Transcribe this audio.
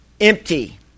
empty